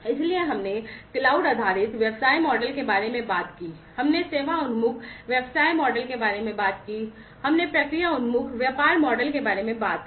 इसलिए हमने क्लाउड आधारित व्यवसाय मॉडल के बारे में बात की हमने सेवा उन्मुख व्यवसाय मॉडल के बारे में बात की हमने प्रक्रिया उन्मुख व्यापार मॉडल के बारे में बात की